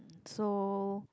so